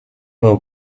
were